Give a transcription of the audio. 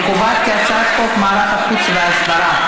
אני קובעת כי הצעת חוק מערך החוץ וההסברה,